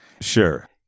Sure